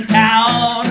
town